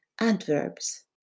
adverbs